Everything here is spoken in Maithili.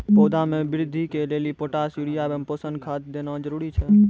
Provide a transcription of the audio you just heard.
पौधा मे बृद्धि के लेली पोटास यूरिया एवं पोषण खाद देना जरूरी छै?